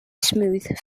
smooth